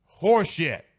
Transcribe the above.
Horseshit